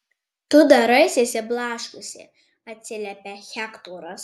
tu daraisi išsiblaškiusi atsiliepia hektoras